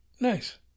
Nice